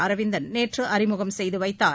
அரவிந்தன் நேற்று அறிமுகம் செய்து வைத்தார்